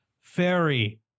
fairy